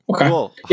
Okay